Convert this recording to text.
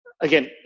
again